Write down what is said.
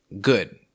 good